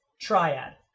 Triad